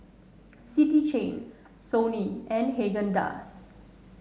City Chain Sony and Haagen Dazs